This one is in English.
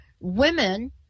Women